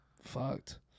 fucked